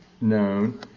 known